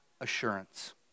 assurance